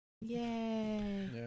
Yay